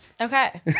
Okay